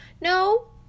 No